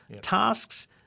tasks